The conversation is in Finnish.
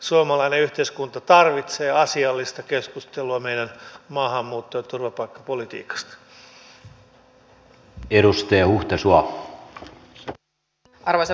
suomalainen yhteiskunta tarvitsee asiallista keskustelua meidän maahanmuutto ja turvapaikkapolitiikasta